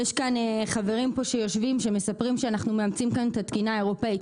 יש כאן חברים שיושבים שמספרים שאנחנו מאמצים פה את התקינה האירופאית,